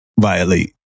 violate